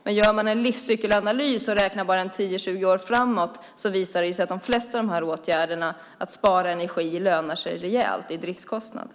Men om man gör en livscykelanalys och räknar 10-20 år framåt visar det sig att de flesta åtgärderna för att spara energi lönar sig rejält i fråga om driftskostnader.